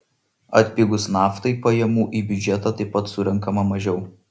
atpigus naftai pajamų į biudžetą taip pat surenkama mažiau